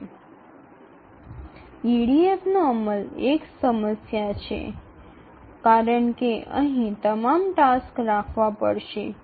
EDF বাস্তবায়ন একটি সমস্যা কারণ এখানে সমস্ত কাজ ধরে রাখতে হবে